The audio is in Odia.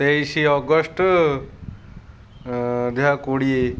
ତେଇଶି ଅଗଷ୍ଟ ଦୁଇହଜାର କୋଡ଼ିଏ